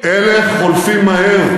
אלה חולפים מהר,